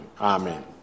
Amen